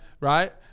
right